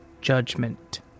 judgment